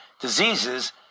diseases